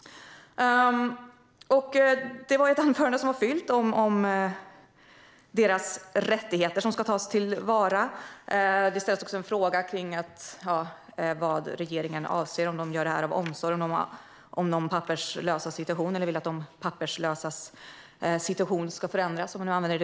Det var ett anförande som var fullt av tal om deras rättigheter, som ska tas till vara. Det ställdes också en fråga om vad regeringen avser; gör man detta av omsorg om de papperslösa och för att man vill att deras situation ska förändras?